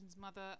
mother